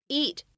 eat